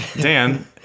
Dan